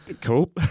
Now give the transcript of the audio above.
Cool